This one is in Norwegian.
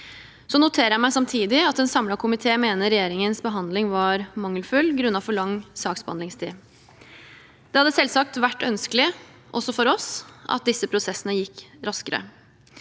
Jeg noterer meg samtidig at en samlet komité mener regjeringens behandling var mangelfull grunnet for lang saksbehandlingstid. Det hadde selvsagt vært ønskelig også for oss at disse prosessene gikk raskere.